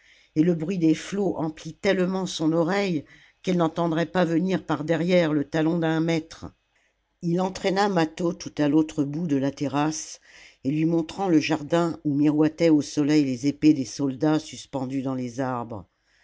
et le bruit des flots emplit tellement son oreille qu'elle n'entendrait pas venir par derrière le talon d'un maître ii entraîna mâtho tout à l'autre bout de la terrasse et lui montrant le jardin oii miroitaient au soleil les épées des soldats suspendues dans les arbres